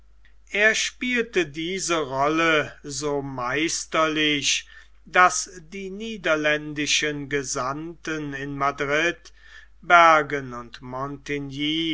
er spielte diese rolle so meisterlich daß die niederländischen gesandten in madrid bergen und